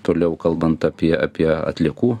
toliau kalbant apie apie atliekų